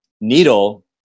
needle